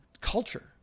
culture